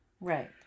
Right